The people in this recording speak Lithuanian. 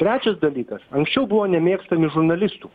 trečias dalykas anksčiau buvo nemėgstami žurnalistų